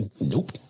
Nope